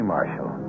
Marshall